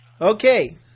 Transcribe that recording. Okay